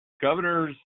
governors